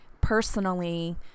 personally